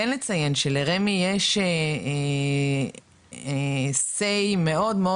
כן לציין שלרמ"י יש say מאוד מאוד